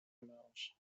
معاش